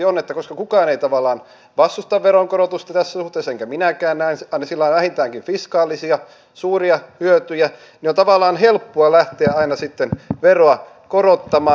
että koska kukaan ei tavallaan vastusta veronkorotusta tässä suhteessa enkä minäkään sillä on vähintäänkin fiskaalisia suuria hyötyjä niin on tavallaan helppoa lähteä aina sitten veroa korottamaan